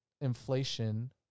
inflation